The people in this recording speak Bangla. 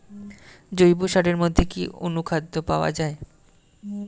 জৈব সারের মধ্যে কি অনুখাদ্য পাওয়া যায়?